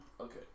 okay